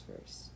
first